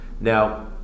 Now